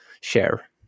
share